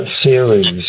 series